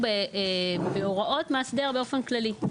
תקבע באופן כללי.